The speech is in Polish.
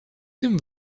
tym